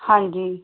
ਹਾਂਜੀ